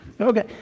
Okay